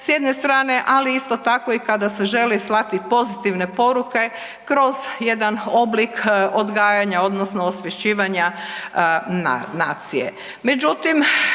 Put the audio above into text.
s jedne strane, ali isto tako i kada se želi slati pozitivne poruke kroz jedan oblik odgajanja odnosno osvješćivanja nacije.